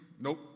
nope